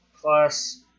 plus